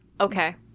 Okay